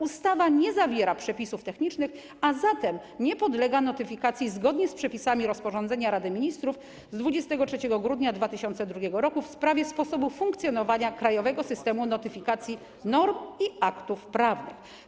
Ustawa nie zawiera przepisów technicznych, a zatem nie podlega notyfikacji zgodnie z przepisami rozporządzenia Rady Ministrów z 23 grudnia 2002 r. w sprawie sposobu funkcjonowania krajowego systemu notyfikacji norm i aktów prawnych.